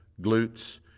glutes